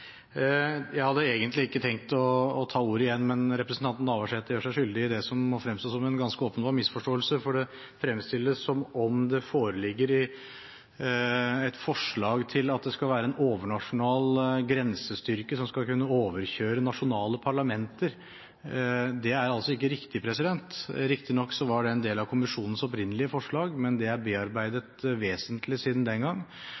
Jeg hadde egentlig ikke tenkt å ta ordet igjen, men representanten Navarsete gjør seg skyldig i det som må fremstå som en ganske åpenbar misforståelse. Det fremstilles som om det foreligger et forslag om at det skal være en overnasjonal grensestyrke som skal kunne overkjøre nasjonale parlamenter. Det er ikke riktig. Riktignok var det en del av kommisjonens opprinnelige forslag, men det er bearbeidet vesentlig siden den gang.